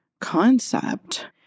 concept